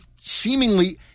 seemingly